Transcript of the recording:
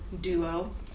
duo